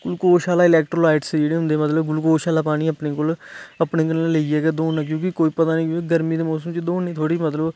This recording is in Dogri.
गुलकोश आह्ला इलैक्ट्रोलाइट्स जेह्ड़े होंदे मतलब गुलकोश आह्ला पानी अपने कोल अपने कन्नै लेइयै गै दौड़ना क्योंकि कोई पता निं क्योंकि गर्मी दे मौसम च दौड़ने गी थोह्ड़ी मतलब